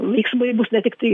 veiksmai bus ne tiktai